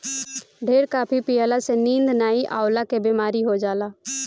ढेर काफी पियला से नींद नाइ अवला के बेमारी हो जाला